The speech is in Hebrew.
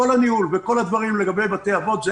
כל הניהול וכל הדברים לגבי בתי אבות זה